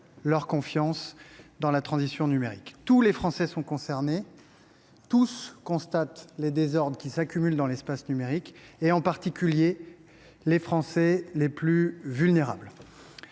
leur confiance dans la transition numérique. Tous les Français sont concernés, tous constatent les désordres qui s’accumulent dans l’espace numérique, en particulier les Français les plus vulnérables.